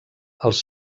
els